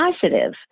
positive